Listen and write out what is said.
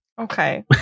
Okay